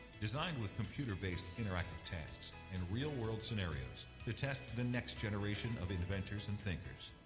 designed with computer-based interactive tasks and real-world scenarios to test the next generation of inventors and thinkers.